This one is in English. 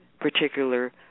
particular